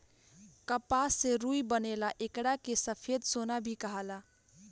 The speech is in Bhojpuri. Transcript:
कपास से रुई बनेला एकरा के सफ़ेद सोना भी कहाला